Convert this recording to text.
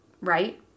right